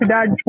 Dad